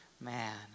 man